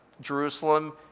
Jerusalem